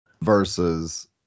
versus